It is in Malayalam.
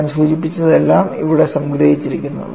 ഞാൻ സൂചിപ്പിച്ചതെല്ലാം ഇവിടെ സംഗ്രഹിച്ചിരിക്കുന്നു